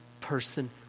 person